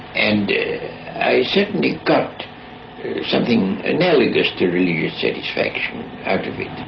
and i certainly got something analogous to religious satisfaction out of it.